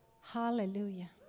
Hallelujah